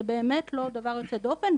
זה באמת לא דבר יוצא דופן,